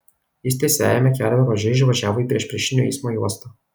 jis tiesiajame kelio ruože išvažiavo į priešpriešinio eismo juostą